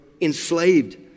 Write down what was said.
enslaved